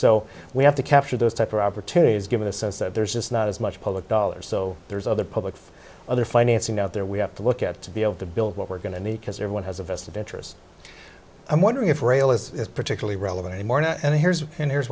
so we have to capture those type of opportunities given a sense that there's just not as much public dollars so there's other public other financing out there we have to look at to be able to build what we're going to need because everyone has a vested interest i'm wondering if rail is particularly relevant anymore and here's and here's